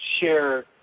share